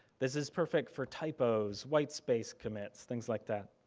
this is perfect for typos, whitespace commits, things like that.